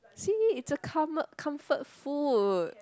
see it's a com~ comfort food